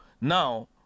now